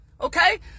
Okay